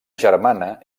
germana